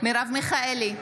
מרב מיכאלי,